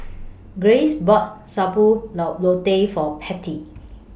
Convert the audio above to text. Grayce bought Sayur Lau Lodeh For Patti